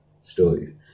stories